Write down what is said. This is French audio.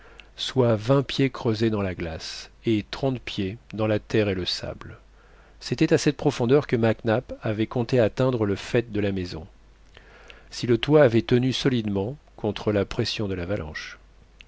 soit vingt pieds creusés dans la glace et trente pieds dans la terre et le sable c'était à cette profondeur que mac nap avait compté atteindre le faîte de la maison si le toit avait tenu solidement contre la pression de l'avalanche